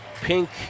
Pink